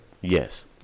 Yes